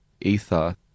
ether